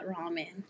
ramen